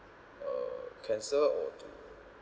uh cancel or to